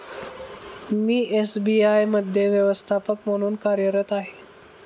मी SBI मध्ये व्यवस्थापक म्हणून कार्यरत आहे